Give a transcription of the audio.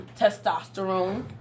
testosterone